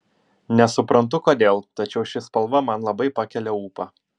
nesuprantu kodėl tačiau ši spalva man labai pakelia ūpą